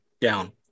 down